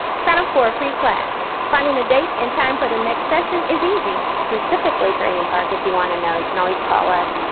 sign up for a free class. finding the date and time for the next session is easy. specifically for eden park, if you want to know, you can always call us,